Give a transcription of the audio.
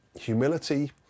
humility